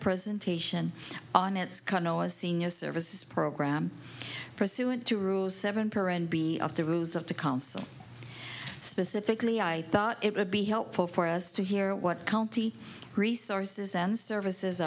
presentation on its kano a senior services program pursuant to rule seven per and be of the rules of the council specifically i thought it would be helpful for us to hear what county resources and services